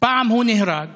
פעם הוא נהרג